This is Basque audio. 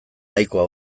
nahikoa